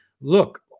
Look